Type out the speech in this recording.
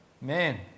man